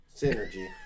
synergy